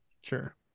sure